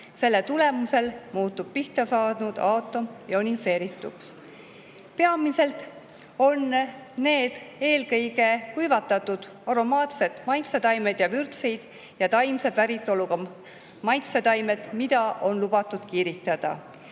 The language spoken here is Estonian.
Selle tulemusel muutub pihta saanud aatom ioniseerituks. Peamiselt on need eelkõige kuivatatud aromaatsed maitsetaimed ja vürtsid ning taimse päritoluga maitsetaimed, mida on lubatud kiiritada.